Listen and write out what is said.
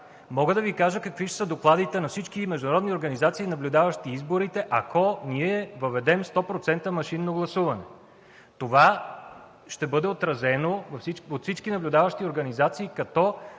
Мога да Ви кажа какви ще са докладите на всички международни организации, наблюдаващи изборите, ако въведем 100% машинното гласуване. Това ще бъде отразено от всички наблюдаващи организации като